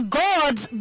gods